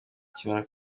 ukimara